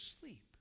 sleep